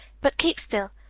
but keep still.